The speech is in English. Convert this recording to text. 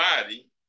body